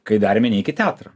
kai dar mini iki teatro